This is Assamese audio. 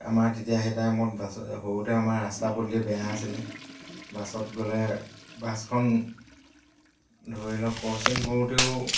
আমাৰ তেতিয়া সেই টাইমত বাছত সৰুতে আমাৰ ৰাস্তা পদূলি বেয়া আছিলে বাছত গ'লে বাছখন ধৰি লওক ক্ৰচিং কৰোঁতেও